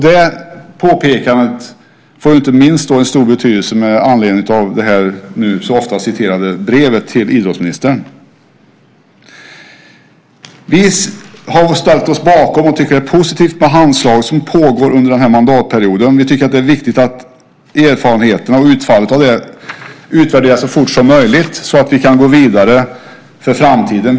Detta påpekande får stor betydelse inte minst med anledning av detta så ofta citerade brev till idrottsministern. Vi har ställt oss bakom och tycker att det är positivt med Handslaget som har skett under denna mandatperiod. Vi tycker att det är viktigt att erfarenheterna och utfallet av detta utvärderas så fort som möjligt så att vi kan gå vidare för framtiden.